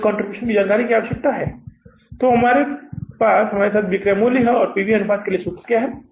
तो इस कंट्रीब्यूशन की जानकारी की आवश्यकता है हमारे पास हमारे साथ बिक्री मूल्य है और पी वी अनुपात के लिए सूत्र क्या है